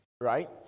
right